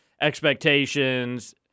expectations